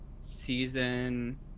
season